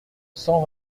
cent